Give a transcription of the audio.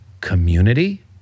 community